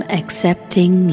accepting